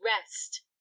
rest